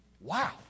Wow